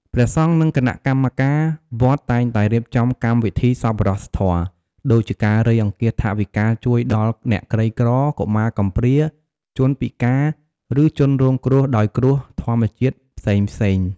ព្រះសង្ឃ និងគណៈកម្មការវត្តតែងតែរៀបចំកម្មវិធីសប្បុរសធម៌ ដូចជាការរៃអង្គាសថវិកាជួយដល់អ្នកក្រីក្រ កុមារកំព្រា ជនពិការ ឬជនរងគ្រោះដោយគ្រោះធម្មជាតិផ្សេងៗ។